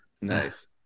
nice